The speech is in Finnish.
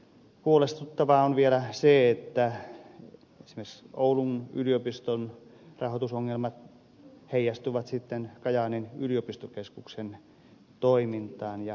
huolestuttavaa on vielä se että esimerkiksi oulun yliopiston rahoitusongelmat heijastuvat sitten kajaanin yliopistokeskuksen toimintaan ja rahoitukseen